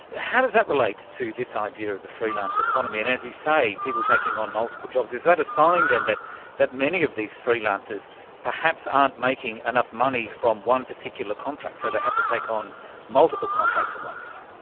how does that relate to this idea of the freelance economy, and, as you say, people taking on multiple jobs? is that a sign then that that many of these freelancers perhaps aren't making enough money from one particular contract so they have to take on multiple contracts at once?